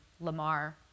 Lamar